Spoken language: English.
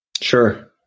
Sure